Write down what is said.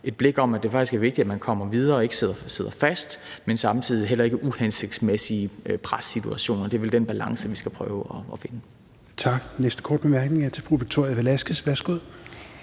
et blik for, at det faktisk er vigtigt, at man kommer videre og ikke sidder fast, samtidig med at der heller ikke er uhensigtsmæssige pressituationer. Det er vel den balance, vi skal prøve at finde. Kl. 20:36 Fjerde næstformand (Rasmus Helveg